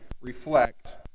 reflect